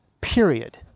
period